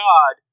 God